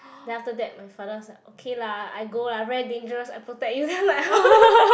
then after that my father was like okay lah I go lah very dangerous I protect you then I'm like !huh!